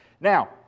Now